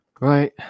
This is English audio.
Right